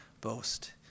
boast